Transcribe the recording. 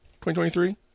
2023